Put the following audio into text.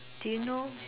do you know